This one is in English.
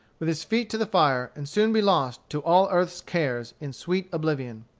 with his feet to the fire, and soon be lost to all earth's cares, in sweet oblivion.